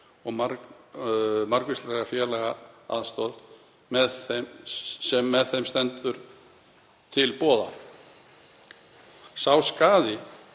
og margvíslega félagslega aðstoð sem þeim stendur til boða. Sá skaði